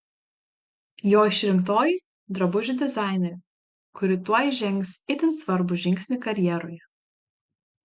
jo išrinktoji drabužių dizainerė kuri tuoj žengs itin svarbų žingsnį karjeroje